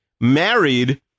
Married